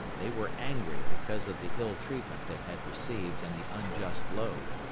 they were angry because of the ill treatment they had received and the unjust load.